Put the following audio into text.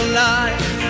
life